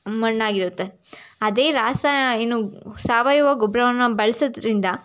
ಮಣ್ಣಾಗಿರುತ್ತೆ ಅದೇ ರಾಸಾ ಏನು ಸಾವಯವ ಗೊಬ್ಬರವನ್ನ ಬಳಸೋದ್ರಿಂದ